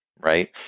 right